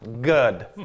Good